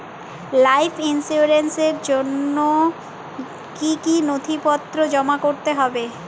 Life ইন্সুরেন্সর জন্য জন্য কি কি নথিপত্র জমা করতে হবে?